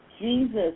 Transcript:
Jesus